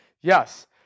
Yes